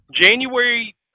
January